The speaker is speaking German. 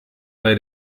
bei